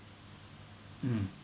mm